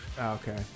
Okay